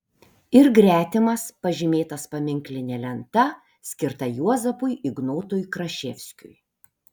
ir gretimas pažymėtas paminkline lenta skirta juozapui ignotui kraševskiui